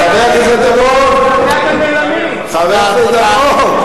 חבר הכנסת דנון, כל זמן, תודה.